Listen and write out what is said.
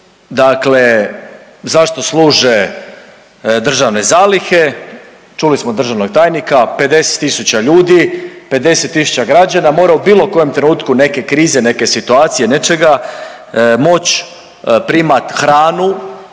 dakle zašto služe državne zalihe, čuli smo državnog tajnika 50.000 ljudi, 50.000 građana mora u bilo kojem trenutku neke krize, neke situacije, nečega moć primat hranu